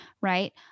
right